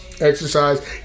exercise